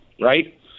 right